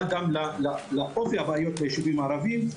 גם לאופי הבעיות ביישובים הערביים.